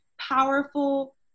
powerful